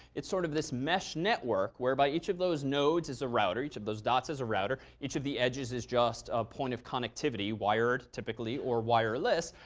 it's sort of this mesh network, whereby each of those nodes is a router, each of those dots is a router. each of the edges is just a point of connectivity, wired typically or wireless.